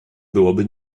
byłoby